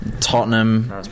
Tottenham